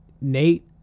Nate